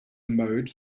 mode